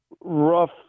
rough